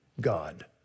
God